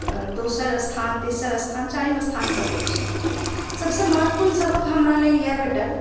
दोसर स्थान तेसर स्थान चारिम स्थान पर रहै छै सभसे महत्वपूर्ण सबक हमरा लेल इएह भेटल